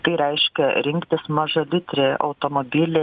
tai reiškia rinktis mažalitrį automobilį